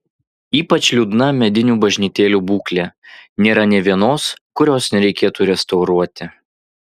ypač liūdna medinių bažnytėlių būklė nėra nė vienos kurios nereikėtų restauruoti